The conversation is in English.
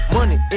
Money